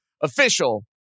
official